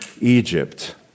Egypt